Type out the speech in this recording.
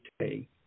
today